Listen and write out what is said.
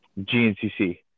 GNCC